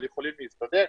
אבל יכולים להסתדר,